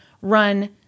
run